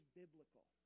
biblical